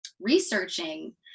researching